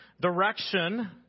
Direction